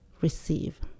receive